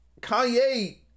kanye